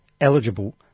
eligible